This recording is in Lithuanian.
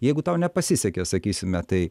jeigu tau nepasisekė sakysime tai